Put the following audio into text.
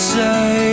say